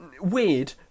weird